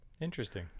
interesting